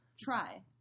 Try